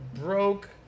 broke